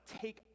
take